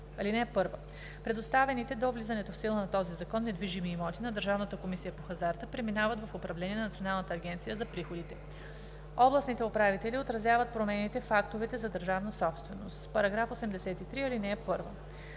„§ 82. (1) Предоставените до влизането в сила на този закон недвижими имоти на Държавната комисия по хазарта преминават в управление на Националната агенция за приходите. (2) Областните управители отразяват промените в актовете за държавна собственост. § 83. (1)